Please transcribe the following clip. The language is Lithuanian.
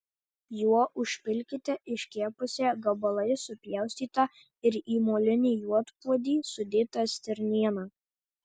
juo užpilkite iškepusią gabalais supjaustytą ir į molinį juodpuodį sudėtą stirnieną